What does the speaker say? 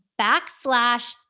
backslash